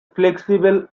flexible